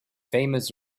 famous